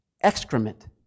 excrement